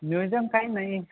museum काही नाही